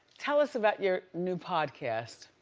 tell us about your new podcast.